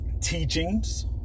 teachings